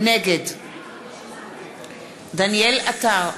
נגד דניאל עטר,